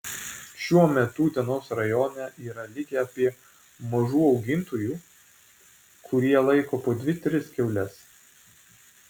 šiuo metu utenos rajone yra likę apie mažų augintojų kurie laiko po dvi tris kiaules